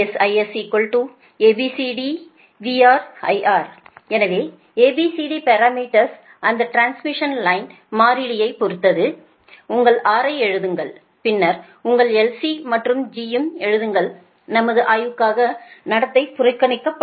VS IS A B C D VR IR எனவே A B C D parameters அந்த transmission லைனின் மாறிலியைப் பொறுத்தது உங்கள் R ஐ எழுதுங்கள் பின்னர் உங்கள் LC மற்றும் G யும் எழுதுங்கள் நமது ஆய்வுக்காக நடத்தை புறக்கணிக்கப்படும்